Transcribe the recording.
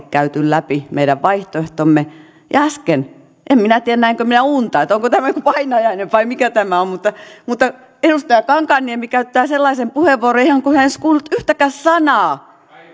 käyty läpi meidän vaihtoehtomme ja äsken en minä tiedä näinkö minä unta että onko tämä joku painajainen vai mikä tämä on edustaja kankaanniemi käytti sellaisen puheenvuoron ihan kuin hän ei olisi kuullut yhtäkään sanaa